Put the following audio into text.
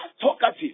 talkative